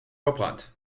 verbrannt